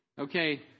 Okay